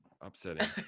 upsetting